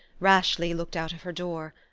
rashly looked out of her door.